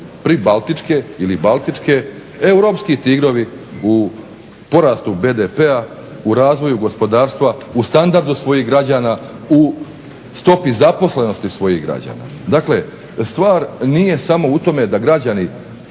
pribaltičke ili baltičke europski tigrovi u porastu BDP-a u razvoju gospodarstva u standardu svojih građana u stopi zaposlenosti svojih građana. Dakle stvar nije samo u tome da građani